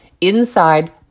inside